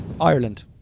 Ireland